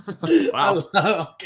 Wow